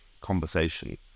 conversation